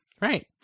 Right